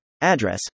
address